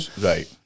Right